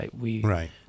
Right